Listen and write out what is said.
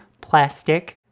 plastic